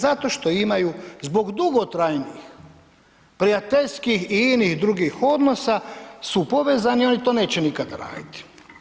Zato što imaju, zbog dugotrajnih prijateljskih i inih drugih odnosa su povezani, oni to neće nikada raditi.